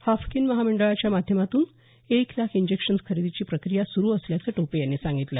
Haffkine महामंडळाच्या माध्यमातून एक लाख इंजेक्शन खरेदीची प्रक्रिया सुरू असल्याचे टोपे यांनी सांगितलं